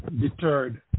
deterred